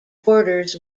borders